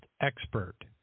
expert